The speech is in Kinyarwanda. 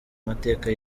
mateka